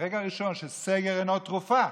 מהרגע הראשון, שסגר אינו תרופה.